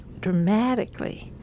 dramatically